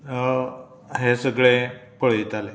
हें सगळें पळयताले